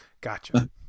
gotcha